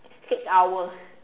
six hours